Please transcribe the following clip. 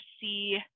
see